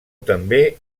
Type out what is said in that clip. també